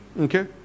Okay